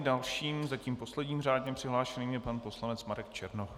Dalším, zatím posledním řádně přihlášeným, je pan poslanec Marek Černoch.